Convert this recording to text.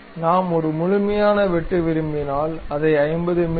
நாம் ஒரு முழுமையான வெட்டு விரும்பினால் அதை 50 மி